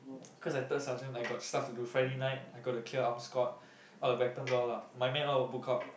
cause I third sergeant I got stuff to do Friday night I gonna clear arm skirt all the weapons all lah my man will all book out